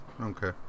Okay